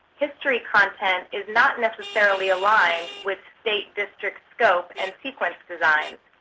history content is not necessarily aligned with state district scope and sequence designs.